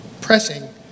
pressing